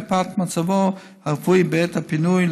מפאת מצבו הרפואי בעת הפינוי,